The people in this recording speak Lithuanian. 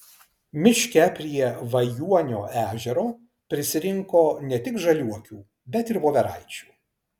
miške prie vajuonio ežero prisirinko ne tik žaliuokių bet ir voveraičių